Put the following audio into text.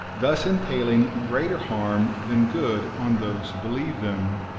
thus entailing greater harm than good on those who believe them,